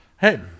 Hey